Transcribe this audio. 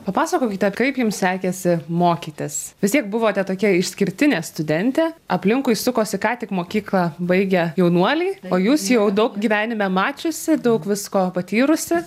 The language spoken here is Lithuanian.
papasakokite kaip jums sekėsi mokytis vis tiek buvote tokia išskirtinė studentė aplinkui sukosi ką tik mokyklą baigę jaunuoliai o jūs jau daug gyvenime mačiusi daug visko patyrusi